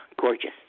gorgeous